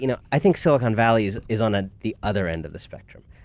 you know i think silicon valley is is on ah the other end of the spectrum.